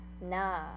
nah